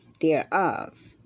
thereof